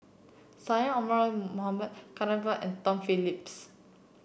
Syed Omar Mohamed Gan Thiam Poh and Tom Phillips